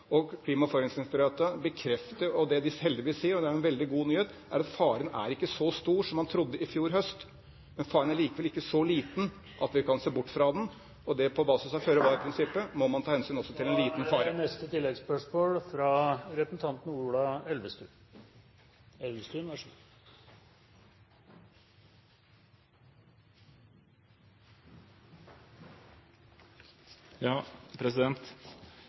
og forurensingsdirektoratet sier heldigvis – og det er en veldig god nyhet – at faren er ikke så stor som man trodde i fjor høst. Men faren er likevel ikke så liten at vi kan se bort fra den, og på basis av føre-var-prinsippet må man ta hensyn også til liten fare.